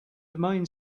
domain